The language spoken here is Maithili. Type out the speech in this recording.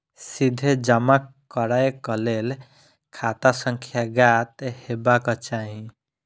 सीधे जमा करैक लेल खाता संख्या ज्ञात हेबाक चाही